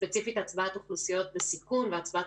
ספציפית הצבעת אוכלוסיות בסיכון והצבעת